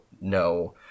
no